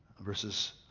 verses